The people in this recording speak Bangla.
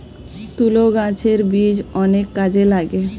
তুলো গাছের বীজ অনেক কাজে লাগে